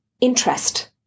interest